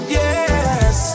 yes